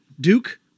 Duke